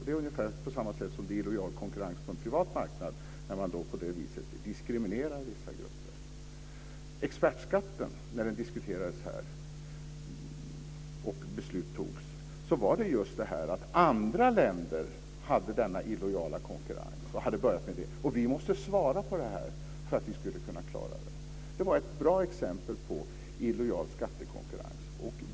Det är ungefär samma sak som att det är illojal konkurrens på en privat marknad när man på samma vis diskriminerar mot vissa grupper. När expertskatten diskuterades och beslut fattades gällde det ju att andra länder hade denna illojala konkurrens. De hade börjat med detta, och vi måste svara på det för att klara oss. Det var ett bra exempel på illojal skattekonkurrens.